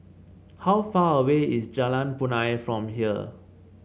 how far away is Jalan Punai from here